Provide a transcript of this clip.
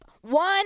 One